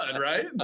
right